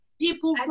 people